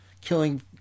killing